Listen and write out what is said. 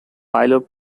pilot